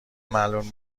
معلوم